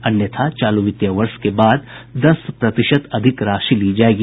अन्यथा चालू वित्तीय वर्ष के बाद दस प्रतिशत अधिक राशि ली जायेगी